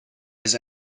his